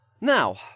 Now